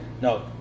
no